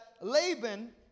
Laban